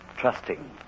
trusting